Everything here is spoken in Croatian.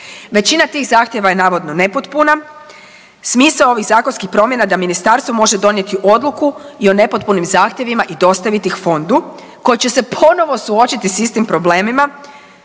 Većina tih zahtjeva je navodno nepotpuna, smisao ovih zakonskih promjena je da ministarstvo može donijeti odluku i o nepotpunim zahtjevima i dostaviti ih fondu koji će se ponovo suočiti s istim problemima